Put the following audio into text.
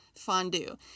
fondue